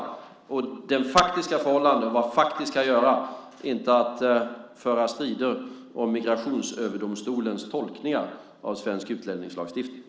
Det handlar om faktiska förhållanden och vad man faktiskt kan göra, inte om att föra strider om Migrationsöverdomstolens tolkningar av svensk utlänningslagstiftning.